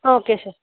okay sir